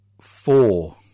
four